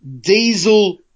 Diesel